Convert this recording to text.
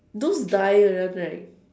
don't die that one right